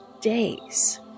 days